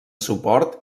suport